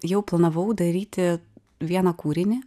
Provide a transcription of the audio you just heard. jau planavau daryti vieną kūrinį